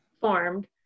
formed